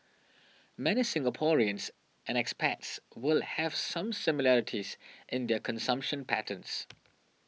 many Singaporeans and expats will have some similarities in their consumption patterns